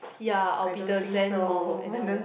ya I will be the Zen monk and then I will be like